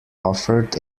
offered